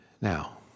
Now